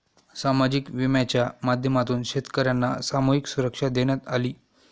सामाजिक विम्याच्या माध्यमातून शेतकर्यांना सामूहिक सुरक्षा देण्यात आली